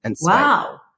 Wow